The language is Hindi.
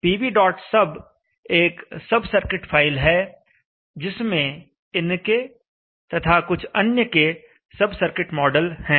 pvsub एक सब सर्किट फाइल है जिसमें इनके तथा कुछ अन्य के सब सर्किट मॉडल हैं